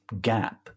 gap